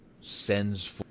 sends